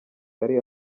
yari